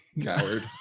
coward